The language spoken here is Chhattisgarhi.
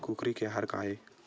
कुकरी के आहार काय?